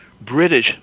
British